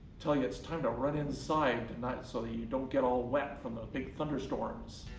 tell you it's time to run in the side, and that so that you don't get all wet from the big thunderstorms.